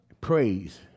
praise